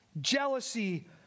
jealousy